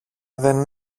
δεν